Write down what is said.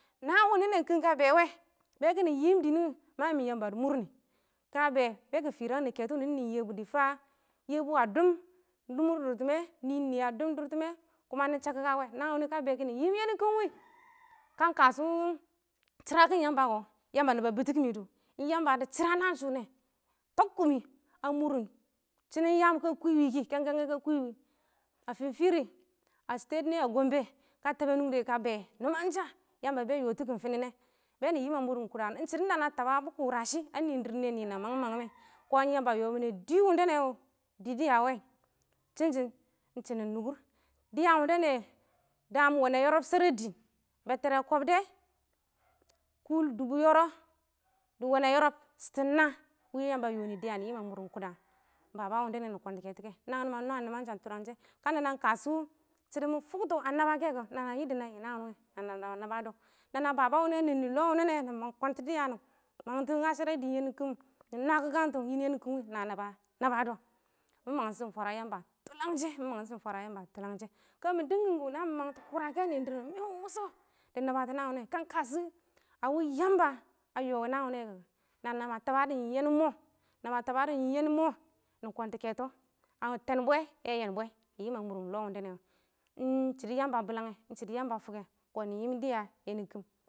naan wɪnɪ kɪm ka bɛ wɛ, ka bɛ bɛ kɪ fɪrang nɪ, nɪɪn Yebu, dɪ Yebu a fa dʊbkɪn mʊr dʊrtɪmɛ, nɪɪn nɪye dɪ fa a dʊb dʊrtɪmɛ kʊma nɪ shak kaka wɛ, ka bɛ kɪnɪ yɪm yɪkɪnɪn kɪm wɪ, kang kashʊ shɪrakɪn Yamba kɔ, Yamba na ba bɪtʊkɪmɪ dʊ. Yamba dɪ shɪra naan shʊ nɛ, tɔk kɪmɪ a mʊrɪn shinin yaam ka kwɪ wɪ kɪ, kɛnkɛngɛ ka kwɪ wɪ a fɪɪn fɪrɪ, a statɛ nɪyɛ a gɔmbɛ, ka tabɛ nʊngdɛ ka bɛ nɪmansha yamba bɛ yɔtɪkɪm fɪnɪ nɛ, bɛ nɪ yɪm a mʊr kʊda wɪnɪ. ɪng shɪdɔn da na taba bɔ kʊrashɪ a nɪndɪr niye nɪ na mangɪm mangɪm mɛ, kɔn Yamba yɔmɪnɛ dɪɪ wʊndɛ nɛ wɔ, dɪ dɪya wɛ, shɪnshɪn ɪng shɪnɪn nʊkʊr, dɪya wʊndɛ nɛ daam wɛnɛ yɔrɔb shɛrɛ dɪɪn, bɛttɛrɜ kɔbdɛ, teer kʊl dʊbʊ yɔrɔb dɪ wɛ nɛ ɪng naa shɪtɪn ɪng naa, wɪ dɪya nɪ daam a mʊr kʊdan Baba wʊnɪ nɪ kɔntɔ kɛtɔ wɛ, ma nwam nɪmansha tʊlanshɛ, ka nana ɪng kashʊ shɪdʊ mɪ fʊktɔ a naba kɛ kɔ, nana yadda na yɪ naan wɪ nɪ kɛ nana naba nab dɔ, nana baba wʊ nɔ wɪ a nɛnnɪ lɔ wʊnɪ wɛ, nɪ kɔn dɪya nɪ mangtɔ ngasharɛ dɪɪn yɛ kɪm, nɪ nwakɪkangtɔ yɛ kɪm wɪ ɪng na naba nabadɔ, mɪ mangtɪshɪ fwara Yamba tʊlanshɛ, mɪ mangtɪshɪm fwara yamba tʊlanshɛ, ka mɪ dɪng kɪm kʊ na mɪ mangtɔ kʊrakɛ a nɪn dɪrr mɪn, mɪn wʊshɔ dɪ naba naan wɪnɪ kɛ, kan kashɔ a wɪ Yamba a yɔ naan wɪnɪ kɛ kɔ nana nama tabadɔ ɪng yɪ nye mo, nama tabadɔ ɪng yɪ yɛ mɔ nɪ kɛntɔ kɛtɔ, a tɛn bwɛ yɛ yɛn bwɛ nɪ yɪm a mʊrɪn lɔ wʊndɛ nɛ wɛ, ɪng shɪdo Yamba a bɪlangɛ, ɪng shɪdɔ yamba a fʊkkɛ kɔn nɪ yɪm dɪya ye nɪ kɪm.